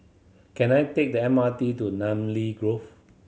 can I take the M R T to Namly Grove